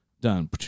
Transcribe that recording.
done